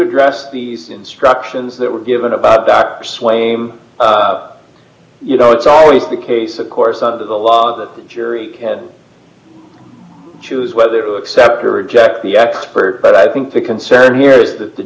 address these instructions that were given about dr swaim you know it's always the case of course under the law the jury can choose whether to accept or reject the expert but i think the concern here is that the